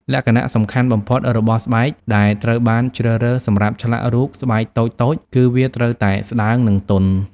លក្ខណៈសំខាន់បំផុតរបស់ស្បែកដែលត្រូវបានជ្រើសរើសសម្រាប់ឆ្លាក់រូបស្បែកតូចៗ គឺវាត្រូវតែស្តើង និងទន់។